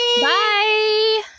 Bye